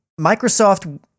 Microsoft